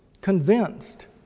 convinced